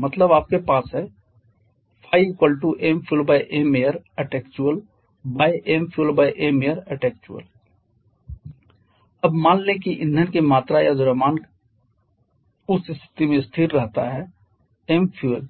मतलब आपके पास है mfuelmairactualmfuelmairactual अब मान लें कि ईंधन की मात्रा या द्रव्यमान का द्रव्यमान उस स्थिति में स्थिर रहता है mfuel